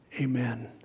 Amen